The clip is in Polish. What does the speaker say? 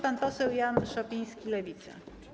Pan poseł Jan Szopiński, Lewica.